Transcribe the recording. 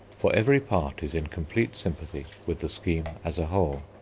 for every part is in complete sympathy with the scheme as a whole.